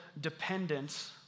dependence